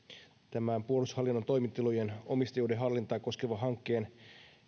tämän puolustushallinnon toimitilojen omistajuuden hallintaa koskevan hankkeen